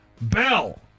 bell